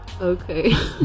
Okay